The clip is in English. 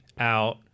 out